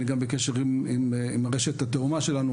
אני גם בקשר עם הרשת התאומה שלנו,